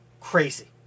crazy